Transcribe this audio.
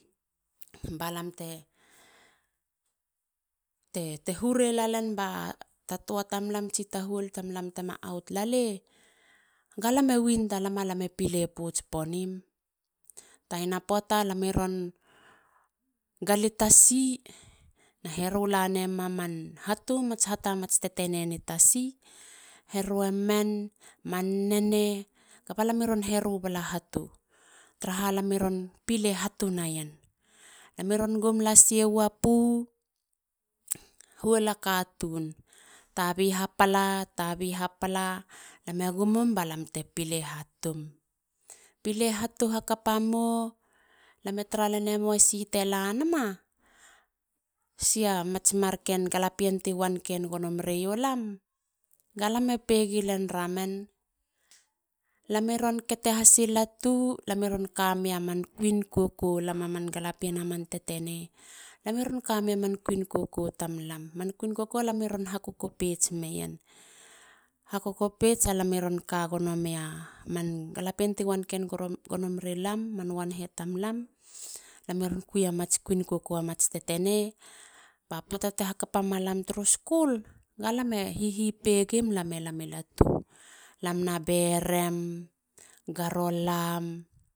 Balam te. te huurei lalen ba ta tua tamlam. tsi ta huol tamlam tema out lale. ga lam e win talam. lam e pile pouts ponim. Taina poata. lam i ron gali tasi. na heru lanemuma man hatu. mats hata mats tetene ni tasi. heru emen. man nene. kuba lam i ron heru bala hatu. tara lam i ron pile hatu naien. Lam i ron gum las ie wapu. huol a katun. tabi hapala. tabi hapala. lam e gumum balam te pile hatum. Pile hatu hakapa mou. lam e taralen e mowe si te lanama. si amats marken galapien te wanken gono mereio lam. galame pegi len remen. Lam e ron kete hasi latu. lam e ron kameia man kuin koko. lam a man galapien man tetene. lam i ron kameia man kuin koko tamlam. man kuin koko alami ron hakokopeits meien. hakokopeits. alam i ron ka gono meia man galapien ti wanken gono meri lam. man wan he tamlam. lam i ron kuia mats kuin koko a mats tetene. ba poata te hakapa muma turu skul. galame hihipegim. lam e lami latu. garo lam.